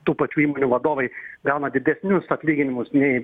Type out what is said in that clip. tų pačių įmonių vadovai gauna didesnius atlyginimus nei